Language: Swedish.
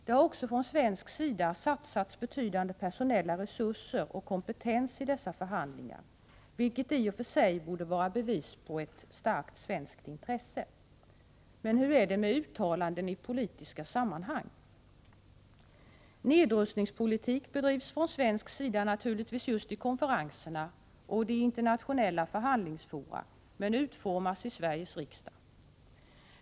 Det har också från svensk sida satsats betydande personella resurser och kompetens i dessa förhandlingar, vilket i och för sig borde vara bevis på ett starkt svenskt intresse. Men hur är det med uttalanden i politiska sammanhang? Nedrustningspolitik bedrivs från svensk sida naturligtvis just i konferenserna och de internationella förhandlingsfora, men politiken utformas i Sveriges riksdag.